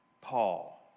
Paul